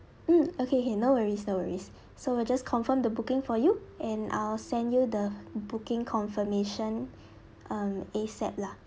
mm okay okay no worries no worries so we'll just confirmed the booking for you and I'll send you the booking confirmation um ASAP lah